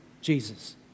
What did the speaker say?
Jesus